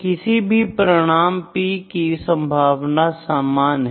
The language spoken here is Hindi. किसी भी परिणाम P की संभावना समान है